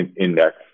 index